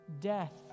death